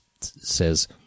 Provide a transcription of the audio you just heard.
says